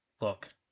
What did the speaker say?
Look